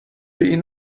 این